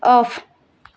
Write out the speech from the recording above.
of